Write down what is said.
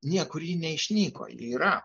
niekur ji neišnyko ji yra